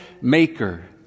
maker